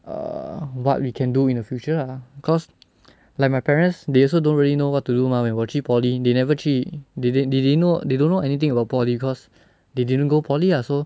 err what we can do in the future lah cause like my parents they also don't really know what to do mah when 我去 poly they never 去 they didn't they didn't know they don't know anything about poly cause they didn't go poly ah so